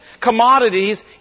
commodities